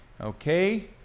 Okay